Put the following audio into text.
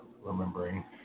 remembering